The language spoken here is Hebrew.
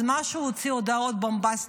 אז מה אם הוא הוציא הודעות בומבסטיות?